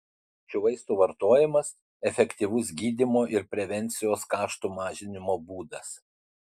šių vaistų vartojimas efektyvus gydymo ir prevencijos kaštų mažinimo būdas